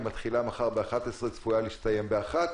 שמתחילה מחר ב-11:00 וצפויה להסתיים ב-13:00.